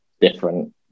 different